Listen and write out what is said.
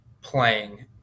playing